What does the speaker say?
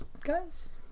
guys